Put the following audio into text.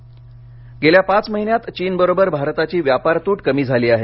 चीन व्यापार गेल्या पाच महिन्यांत चीनबरोबर भारताची व्यापार तूट कमी झाली आहे